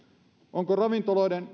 onko ravintoloiden